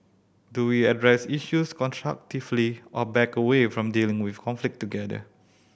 do we address issues constructively or back away from dealing with conflict altogether